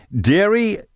Dairy